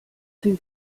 dem